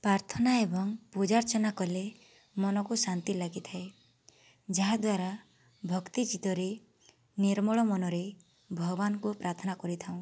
ପ୍ରାର୍ଥନା ଏବଂ ପୂଜାର୍ଚ୍ଚନା କଲେ ମନକୁ ଶାନ୍ତି ଲାଗିଥାଏ ଯାହାଦ୍ୱାରା ଭକ୍ତିଚିତ୍ତରେ ନିର୍ମଳ ମନରେ ଭଗବାନଙ୍କୁ ପ୍ରାର୍ଥନା କରିଥାଉଁ